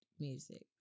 Music